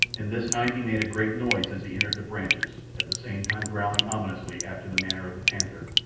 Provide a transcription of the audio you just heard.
and this time he made a great noise as he entered the branches, at the same time growling ominously after the manner of the panther,